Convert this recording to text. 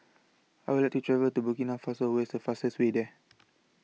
I Would like to travel to Burkina Faso Where IS The fastest Way There